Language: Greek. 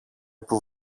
που